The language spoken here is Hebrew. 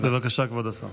בבקשה, כבוד השר.